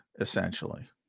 essentially